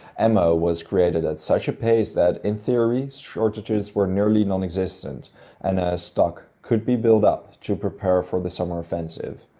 ammo was created at such a pace that, in theory, shortages were nearly non existent and a stock could be built up to prepare for the summer offensive.